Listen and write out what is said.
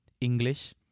English